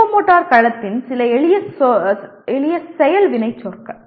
psychomotor களத்தின் சில எளிய செயல் வினைச்சொற்கள்